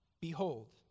Behold